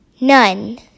None